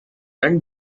run